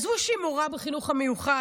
עזבו שהיא מורה בחינוך המיוחד,